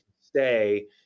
stay